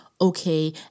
okay